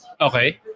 Okay